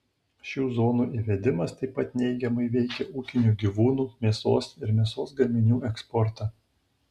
šių zonų įvedimas taip pat neigiamai veikia ūkinių gyvūnų mėsos ir mėsos gaminių eksportą